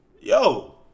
yo